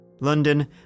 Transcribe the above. London